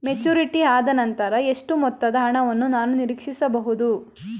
Maturity ಆದನಂತರ ಎಷ್ಟು ಮೊತ್ತದ ಹಣವನ್ನು ನಾನು ನೀರೀಕ್ಷಿಸ ಬಹುದು?